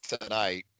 tonight